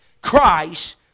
Christ